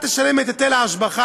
טלב אבו עראר,